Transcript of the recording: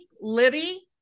Libby